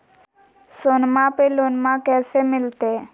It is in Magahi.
सोनमा पे लोनमा कैसे मिलते?